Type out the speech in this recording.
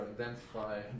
identify